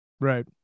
Right